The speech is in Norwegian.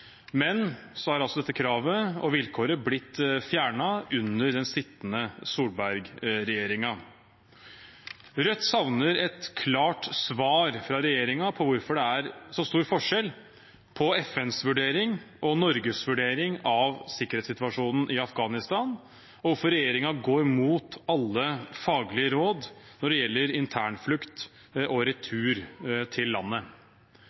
Men så er altså dette kravet og vilkåret blitt fjernet under den sittende Solberg-regjeringen. Rødt savner et klart svar fra regjeringen på hvorfor det er så stor forskjell på FNs vurdering og Norges vurdering av sikkerhetssituasjonen i Afghanistan, og hvorfor regjeringen går imot alle faglige råd når det gjelder internflukt og retur til landet.